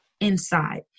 inside